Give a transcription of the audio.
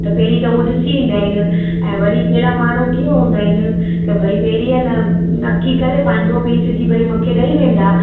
त पहिरीं त उहो ॾिसी ईंदा आहिनि ऐं वरी कहिड़ा माण्हू कीअं हूंदा आहिनि क भई पहिरीं आहे न नकी करे महांगो पीस विझी भई मूंखे ॾेई वेंदा